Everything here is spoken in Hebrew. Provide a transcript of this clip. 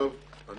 אני